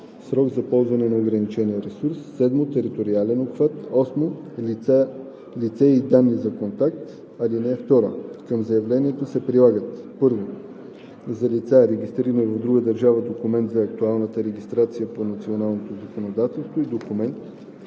срок за ползване на ограничения ресурс; 7. териториален обхват; 8. лице и данни за контакт. (2) Към заявлението се прилагат: 1. за лица, регистрирани в друга държава – документ за актуалната регистрация по националното законодателство, и документ,